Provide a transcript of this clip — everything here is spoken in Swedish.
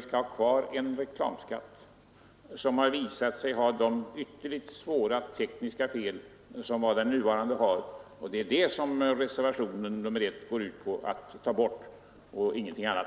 skall ha kvar en reklamskatt som har visat sig ha ytterligt svåra tekniska fel. Det är detta som reservationen 1 går ut på och ingenting annat.